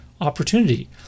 opportunity